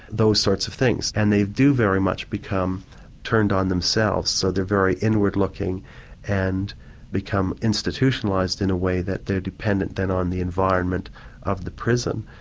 those sorts of things. and they do very much become turned on themselves so they're very inward looking and become institutionalised in a way that they are dependent then on the environment of the prison.